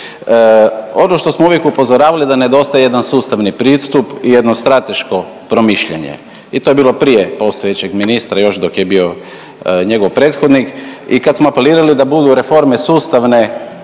Ono što smo uvijek upozoravali da nedostaje jedan sustavni pristup, jedno strateško promišljanje i to je bilo prije postojećeg ministra još dok je bio njegov prethodnik i kada smo apelirali da bude reforme sustavne,